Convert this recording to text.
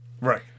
Right